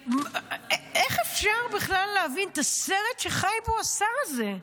איך אפשר להבין בכלל את הסרט שחי בו השר הזה?